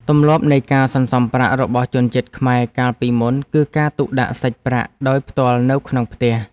ទម្លាប់នៃការសន្សំប្រាក់របស់ជនជាតិខ្មែរកាលពីមុន គឺការទុកដាក់សាច់ប្រាក់ដោយផ្ទាល់នៅក្នុងផ្ទះ។